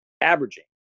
averaging